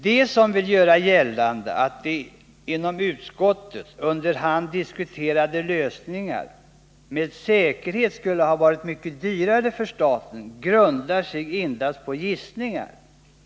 De som vill göra gällande att de inom utskottet under hand diskuterade lösningarna med säkerhet skulle ha blivit mycket dyrare för staten grundar sig endast på gissningar.